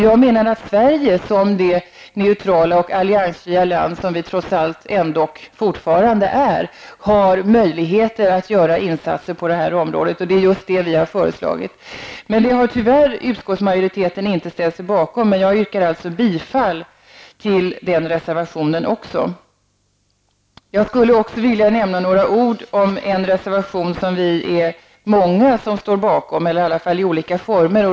Jag menar att Sverige, som det neutrala och alliansfria land det trots allt fortfarande är, har möjligheter att göra insatser på det här området. Det är just det vi har föreslagit. Utskottsmajoriteten har tyvärr inte ställt sig bakom det, men jag yrkar alltså bifall till den reservationen också. Jag skulle också vilja säga några ord om en reservation som vi är många som står bakom, åtminstone i olika former.